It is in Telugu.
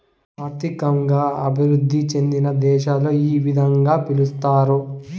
ఆర్థికంగా అభివృద్ధి చెందిన దేశాలలో ఈ విధంగా పిలుస్తారు